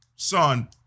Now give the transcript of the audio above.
son